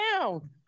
down